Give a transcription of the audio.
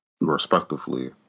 respectively